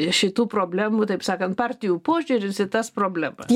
šitų problemų taip sakant partijų požiūris į tas problemas